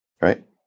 right